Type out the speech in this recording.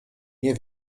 nie